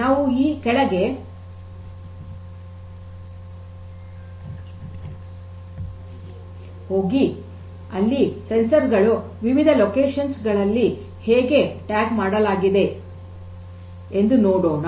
ನಾವು ಈಗ ಕೆಳಗೆ ಹೋಗಿ ಅಲ್ಲಿ ಸಂವೇದಕಗಳು ವಿವಿಧ ಸ್ಥಳಗಳಲ್ಲಿ ಹೇಗೆ ಟ್ಯಾಗ್ ಮಾಡಲಾಗಿವೆ ಎಂದು ನೋಡೋಣ